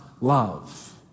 love